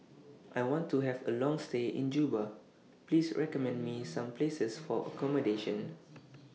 I want to Have A Long stay in Juba Please recommend Me Some Places For accommodation